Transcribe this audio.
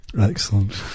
Excellent